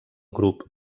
grup